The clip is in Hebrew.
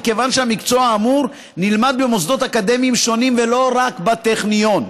מכיוון שהמקצוע האמור נלמד במוסדות אקדמיים שונים ולא רק בטכניון.